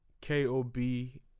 K-O-B